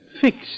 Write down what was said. fixed